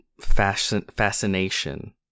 fascination